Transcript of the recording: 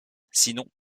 sinon